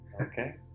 Okay